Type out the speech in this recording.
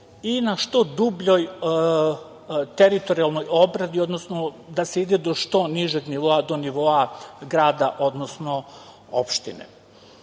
i naš to dubljoj teritorijalnoj obradi, odnosno da se ide do što nižeg nivoa do nivoa grada, odnosno opštine. Na